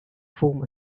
form